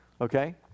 Okay